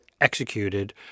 executed